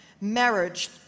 marriage